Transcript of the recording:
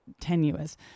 tenuous